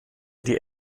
die